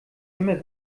immer